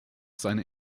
seine